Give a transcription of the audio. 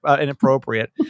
inappropriate